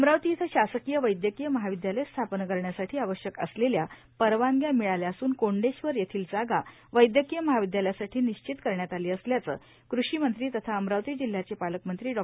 अमरावती इथं शासकीय वैदयकीय महाविदयालय स्थापन करण्यासाठी आवश्यक असलेल्या परवानग्या मिळाल्या असून कोंडेश्वर येथील जागा वैदयकीय महाविद्यालयासाठी निश्चित करण्यात आली असल्याचं कृषीमंत्री तथा अमरावती जिल्ह्याचे पालकमंत्री डॉ